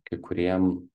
kai kuriem